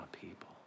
people